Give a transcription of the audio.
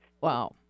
Wow